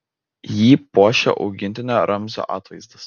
jį puošia augintinio ramzio atvaizdas